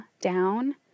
down